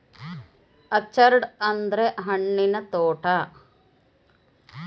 orchard ಅಂದ್ರ ಹಣ್ಣಿನ ತೋಟ